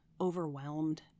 overwhelmed